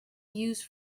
used